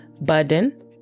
burden